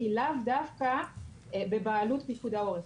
שהיא לאו דווקא בבעלות פיקוד העורף.